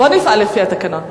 בוא נפעל לפי התקנות.